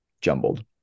jumbled